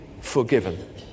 forgiven